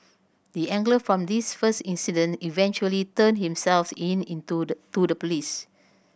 the angler from this first incident eventually turned himself in into the to the police